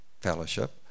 fellowship